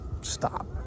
stop